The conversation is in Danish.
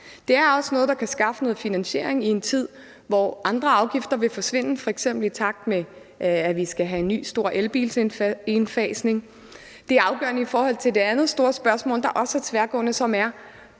Det er også noget, der kan skaffe noget finansiering i en tid, hvor andre afgifter vil forsvinde, f.eks. i takt med at vi skal have en ny stor elbilsindfasning. Det er afgørende i forhold til det andet store spørgsmål, der også er tværgående, og som er: